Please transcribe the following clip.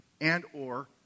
and/or